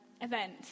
event